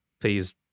please